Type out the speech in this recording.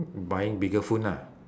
buying bigger phone ah